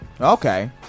Okay